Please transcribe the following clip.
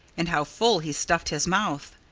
and how full he stuffed his mouth!